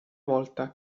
volta